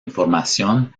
información